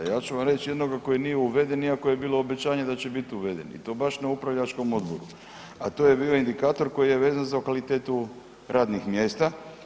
Ja ću vam reći jednoga koji nije uveden iako je bilo obećanje da će biti uveden i to baš na upravljačkom odboru, a to je bio indikator koji je vezan za lokalitet radnih mjesta.